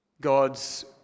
God's